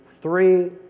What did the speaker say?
three